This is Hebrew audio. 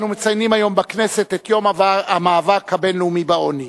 אנו מציינים היום בכנסת את יום המאבק הבין-לאומי בעוני.